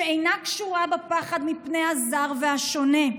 שאינה קשורה בפחד מפני הזר והשונה.